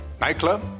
Nightclub